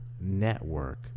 network